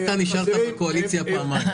מחזירים --- רק אתה נשארת בקואליציה פעמיים.